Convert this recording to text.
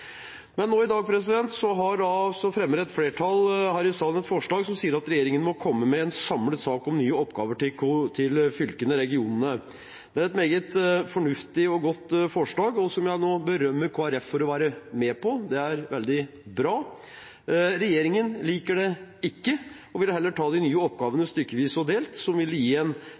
Nå i dag fremmer et flertall her i salen et forslag som sier at regjeringen må komme med en samlet sak om nye oppgaver til fylkene, regionene. Det er et meget fornuftig og godt forslag, og jeg må berømme Kristelig Folkeparti for å være med på det. Det er veldig bra. Regjeringen liker det ikke og vil heller ta de nye oppgavene stykkevis og delt, noe som ville gitt en